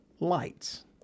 lights